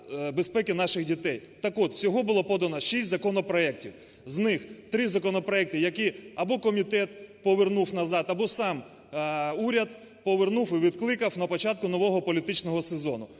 Так от всього було подано шість законопроектів. З них три законопроекти, які або комітет повернув назад, або сам уряд повернув і відкликав на початку нового політичного сезону.